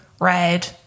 red